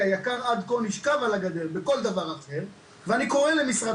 כי היק"ר עד כה נשכב על הגדר בכל דבר אחר ואני קורא למשרד